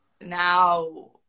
now